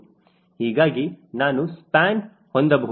ಹೀಗಾಗಿ ನಾನು ಸ್ಪ್ಯಾನ್ ಹೊಂದಬಹುದು